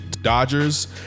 Dodgers